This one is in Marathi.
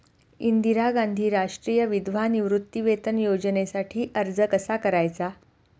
इंदिरा गांधी राष्ट्रीय विधवा निवृत्तीवेतन योजनेसाठी अर्ज कसा करायचा?